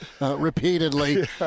Repeatedly